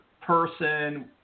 person